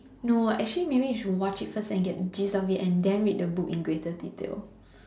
no actually maybe you should watch it first and get the gist of it and then read the book in greater detail